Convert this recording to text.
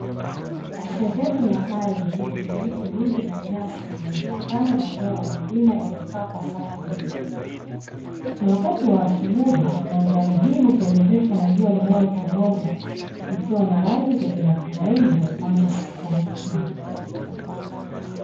Sehemu ya ardhi yenye miti mingi na nyasi imepakana na eneo la milima iliyokaa kwa safu ndefu. Ni wakati wa asubuhi na mandhari hii hupendezeshwa na jua linalochomoza ikiwa na rangi zenye matumaini ya kuanza siku mpya.